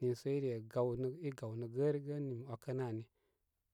niisə i re gaw nə i gaw nə gərigə ni mi wakənə ani.